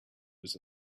was